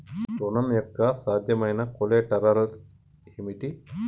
ఋణం యొక్క సాధ్యమైన కొలేటరల్స్ ఏమిటి?